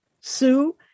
Sue